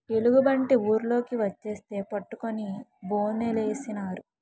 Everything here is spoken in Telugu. ఎలుగుబంటి ఊర్లోకి వచ్చేస్తే పట్టుకొని బోనులేసినారు